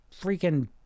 freaking